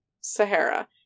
Sahara